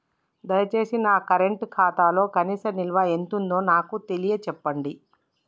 దయచేసి నా కరెంట్ ఖాతాలో కనీస నిల్వ ఎంతుందో నాకు తెలియచెప్పండి